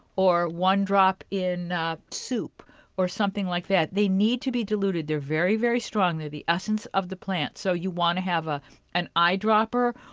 one drop in soup or something like that. they need to be diluted. they're very, very strong. they're the essence of the plant so you want to have ah an eye-dropper.